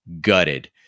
gutted